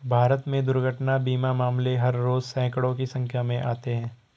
भारत में दुर्घटना बीमा मामले हर रोज़ सैंकडों की संख्या में आते हैं